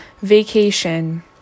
vacation